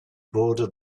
border